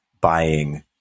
buying